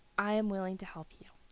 i am willing to help you.